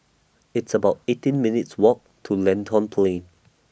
It's about eighteen minutes' Walk to Lentor Plain